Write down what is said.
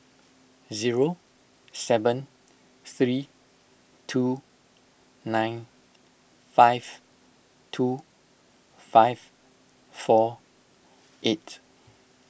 zero seven three two nine five two five four eight